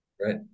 right